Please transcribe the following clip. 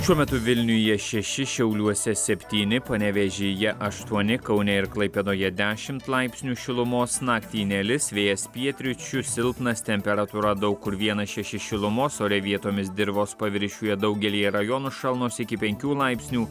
šiuo metu vilniuje šeši šiauliuose septyni panevėžyje aštuoni kaune ir klaipėdoje dešimt laipsnių šilumos naktį nelis vėjas pietryčių silpnas temperatūra daug kur vienas šeši šilumos ore vietomis dirvos paviršiuje daugelyje rajonų šalnos iki penkių laipsnių